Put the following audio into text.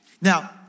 Now